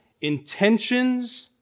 intentions